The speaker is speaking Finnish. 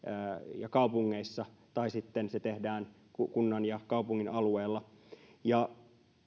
ja kaupungeissa tai sitten se tehdään kunnan ja kaupungin alueella